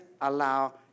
allow